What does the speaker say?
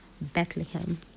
Bethlehem